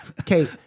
Okay